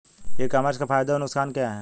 ई commerce के फायदे और नुकसान क्या हैं?